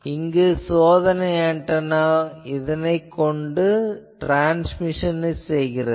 இங்கு சோதனை ஆன்டெனா இதனைக் கொண்டு ட்ரான்ஸ்மிஷன் செய்கிறது